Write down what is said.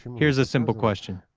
here is a simple question,